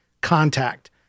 contact